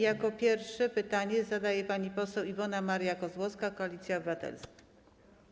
Jako pierwszy pytanie zadaje pani poseł Iwona Maria Kozłowska, Koalicja Obywatelska.